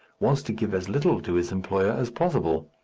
was to give as little to his employer as possible.